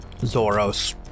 Zoros